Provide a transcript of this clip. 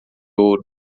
ouro